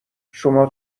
شما